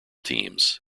teams